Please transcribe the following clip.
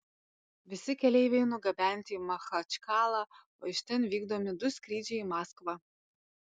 visi keleiviai nugabenti į machačkalą o iš ten vykdomi du skrydžiai į maskvą